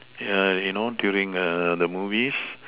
you know during the movies